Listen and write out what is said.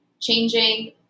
changing